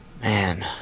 Man